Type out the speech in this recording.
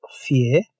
fear